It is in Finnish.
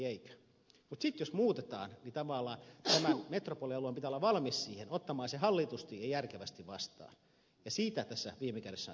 mutta sitten jos muutetaan tämän metropolialueen pitää olla valmis siihen ottamaan se hallitusti ja järkevästi vastaan ja siitä tässä viime kädessä on kysymys